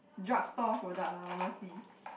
drug store product lah honestly